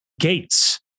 gates